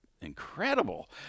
incredible